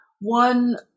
one